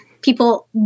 people